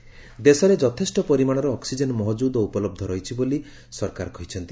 oxygen ଦେଶରେ ଯଥେଷ୍ଟ ପରିମାଣର ଅକ୍ନିଜେନ ମହକୁଦ ଓ ଉପଲବ୍ଧ ରହିଛି ବୋଲି ସରକାର କହିଛନ୍ତି